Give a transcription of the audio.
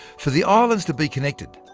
for the islands to be connected,